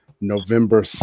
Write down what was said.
November